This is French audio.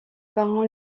parents